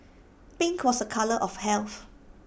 pink was A colour of health